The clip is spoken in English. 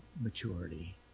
maturity